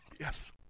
yes